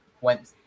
went